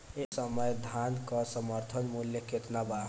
एह समय धान क समर्थन मूल्य केतना बा?